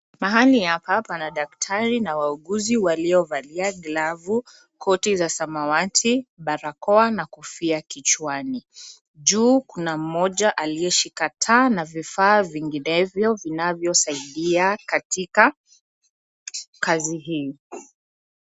Mahali hapa pana daktari na wauguzi waliovalia glavu, koti za samawati, barakoa na kofia kichwani. Juu kuna mmoja aliyeshika taa na vifaa vinginevyo vinavyosaidia katika kazi hii.